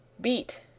BEAT